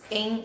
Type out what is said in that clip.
em